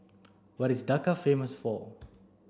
what is Dhaka famous for